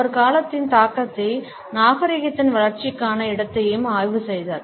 அவர் காலத்தின் தாக்கத்தையும் நாகரிகத்தின் வளர்ச்சிக்கான இடத்தையும் ஆய்வு செய்தார்